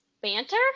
banter